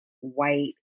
white